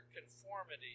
conformity